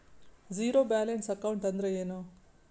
Zero balance account ಅಂದ್ರ ಏನು?